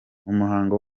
umuhango